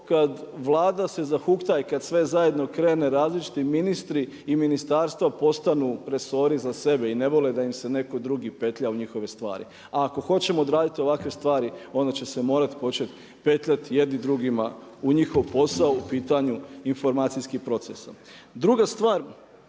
kad Vlada se zahukta i kad sve zajedno krene različiti ministri i ministarstva postanu resori za sebe i ne vole da im se netko drugi petlja u njihove stvari. A ako hoćemo odraditi ovakve stvari onda će se morati početi petljati jedni drugima u njihov posao u pitanju informacijskih procesa. Druga stvar,